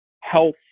Health